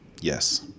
Yes